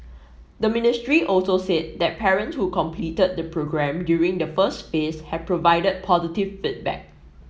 the ministry also said that parents who completed the programme during the first phase have provided positive feedback